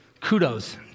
kudos